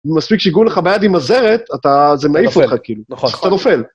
מספיק שיגעו לך ביד עם הזרת, זה מעיף אותך כאילו, אתה נופל.